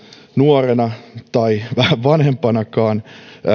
nuorena tai vähän vanhempanakaan